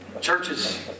Churches